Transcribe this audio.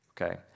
Okay